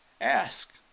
ask